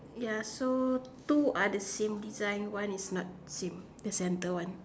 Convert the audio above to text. ya so two are the same design one is not same the center one